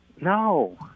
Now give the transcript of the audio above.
No